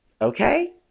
Okay